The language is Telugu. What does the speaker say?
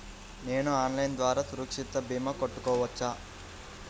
నేను ఆన్లైన్ ద్వారా సురక్ష భీమా కట్టుకోవచ్చా?